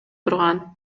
турган